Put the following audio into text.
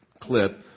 clip